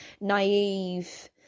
naive